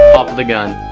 the gun.